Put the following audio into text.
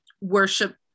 worship